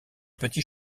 petit